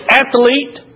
athlete